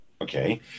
Okay